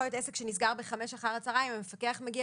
יכול להיות עסק שנסגר ב-17:00 והמפקח מגיע